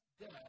death